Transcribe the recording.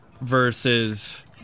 versus